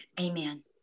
amen